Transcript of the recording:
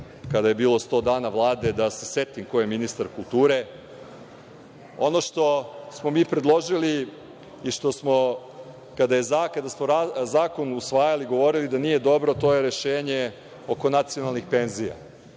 kada je bilo sto dana Vlade da se setim ko je ministar kulture. Ono što smo mi predložili i što smo, kada smo zakon usvajali, govorili da nije dobro, to je rešenje oko nacionalnih penzija.